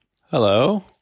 Hello